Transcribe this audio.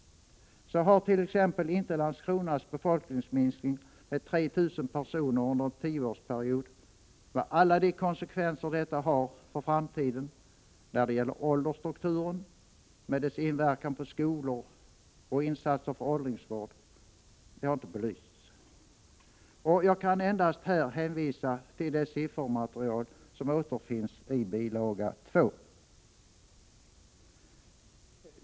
Så har t.ex. inte Landskronas befolkningsminskning med 3 000 personer under en tioårsperiod belysts, med alla de konsekvenser detta har för framtiden när det gäller åldersstrukturen samt dess inverkan på skolor och insatser för åldringsvård. Jag kan endast här hänvisa till det siffermaterial som återfinns i bilaga 2 till betänkandet.